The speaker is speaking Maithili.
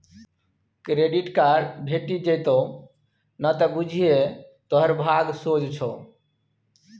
क्रेडिट कार्ड भेटि जेतउ न त बुझिये तोहर भाग सोझ छौ